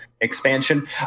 expansion